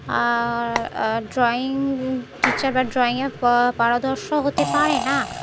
আর drawing teacher বা ড্রয়িংয়ে পারদর্শী হতে পারে না